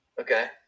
okay